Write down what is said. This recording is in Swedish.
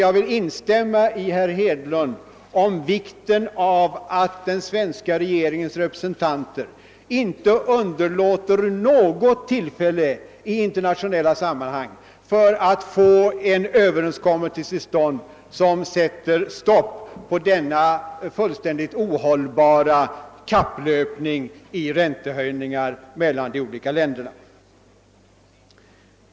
Jag vill instämma med herr Hedlund om vikten av att den svenska regeringens representanter inte underlåter något tillfälle i internationella sammanhang för att få till stånd en överenskommelse, som sätter stopp på denna fullständigt ohållbara kapplöpning i räntehöjningar mellan de olika länderna.